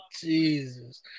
Jesus